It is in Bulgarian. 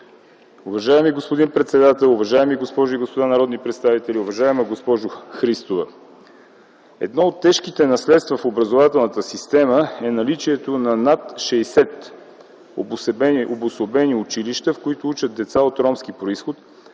Уважаеми господин председател, уважаеми госпожи и господа народни представители! Уважаема госпожо Христова, едно от тежките наследства в образователната система е наличието на над 60 обособени училища, в които учат деца от ромски произход,